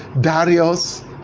Darius